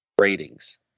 ratings